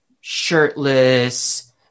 shirtless